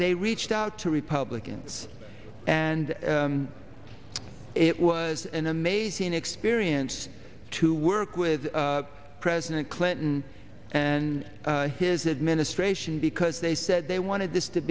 they reached out to republicans and it was an amazing experience to work with president clinton and his administration because they said they wanted this to